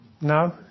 No